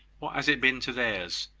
what has it been to theirs?